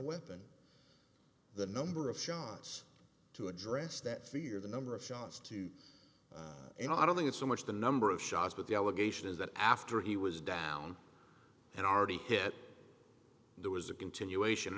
weapon the number of shots to address that fear the number of shots too and i don't think it's so much the number of shots but the allegation is that after he was down had already hit there was a continuation